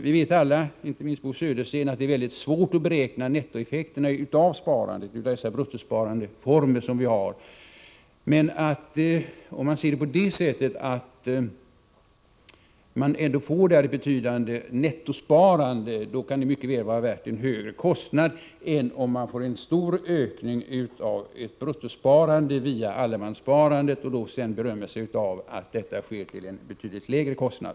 Vi vet alla, inte minst Bo Södersten, att det är mycket svårt att beräkna nettoeffekterna av sparandet i dessa bruttosparandeformer som vi har. Men om man ser det så, att man ändå i skattefondssparandet får ett betydande nettosparande, kan det mycket väl vara värt en högre kostnad än om man får en stor ökning av ett bruttosparande via allemanssparandet — och sedan berömmer sig av att detta sker till en betydligt lägre kostnad.